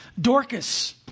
Dorcas